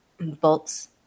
bolts